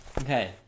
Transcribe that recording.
Okay